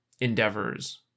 endeavors